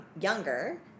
younger